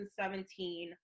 2017